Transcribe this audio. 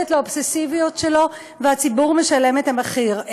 משועבדת לאובססיביות שלו, והציבור משלם את המחיר.